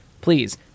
please